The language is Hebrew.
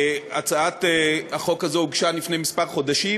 הצעת החוק הזאת הוגשה לפני כמה חודשים.